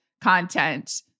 content